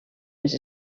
les